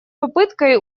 попыткой